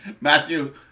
Matthew